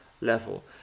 level